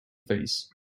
face